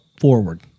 forward